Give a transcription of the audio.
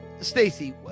Stacey